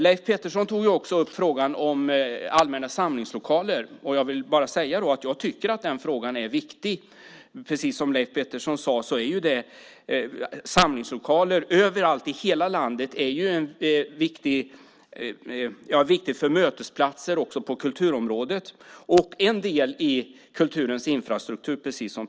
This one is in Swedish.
Leif Pettersson tog också upp frågan om allmänna samlingslokaler. Jag tycker att den frågan är viktig. Precis som Leif Pettersson sade är samlingslokaler överallt i hela landet viktiga mötesplatser också på kulturområdet och en del i kulturens infrastruktur.